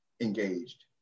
engaged